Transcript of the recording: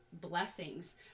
blessings